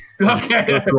Okay